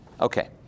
Okay